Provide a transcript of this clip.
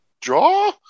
draw